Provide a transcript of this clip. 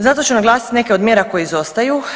Zato ću naglasit neke od mjera koje izostaju.